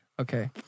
Okay